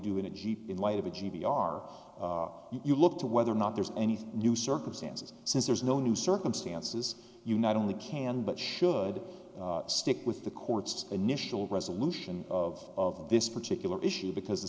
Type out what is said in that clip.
do in a jeep in light of a g b are you look to whether or not there's anything new circumstances since there's no new circumstances you not only can but should stick with the courts initial resolution of this particular issue because the